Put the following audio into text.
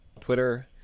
Twitter